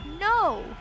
No